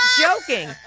joking